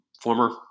former